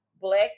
black